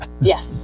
Yes